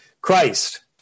Christ